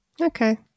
Okay